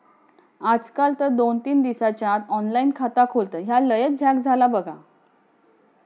आजकाल तर दोन तीन दिसाच्या आत ऑनलाइन खाता खोलतत, ह्या लयच झ्याक झाला बघ